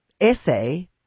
essay